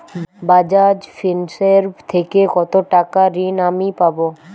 বাজাজ ফিন্সেরভ থেকে কতো টাকা ঋণ আমি পাবো?